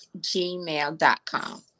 gmail.com